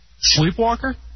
Sleepwalker